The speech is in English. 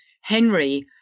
Henry